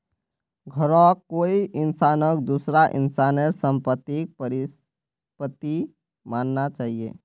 घरौंक कोई इंसानक दूसरा इंसानेर सम्पत्तिक परिसम्पत्ति मानना चाहिये